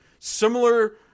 Similar